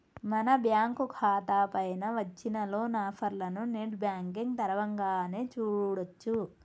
మన బ్యాంకు ఖాతా పైన వచ్చిన లోన్ ఆఫర్లను నెట్ బ్యాంకింగ్ తరవంగానే చూడొచ్చు